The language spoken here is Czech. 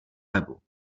webu